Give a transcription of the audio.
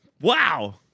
Wow